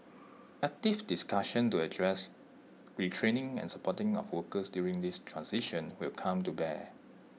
active discussion to address retraining and supporting of workers during this transition will come to bear